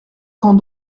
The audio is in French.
quand